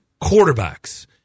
quarterbacks